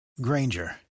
Granger